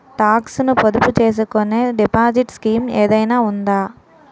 Talks ను పొదుపు చేసుకునే డిపాజిట్ స్కీం ఏదైనా ఉందా?